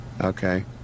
Okay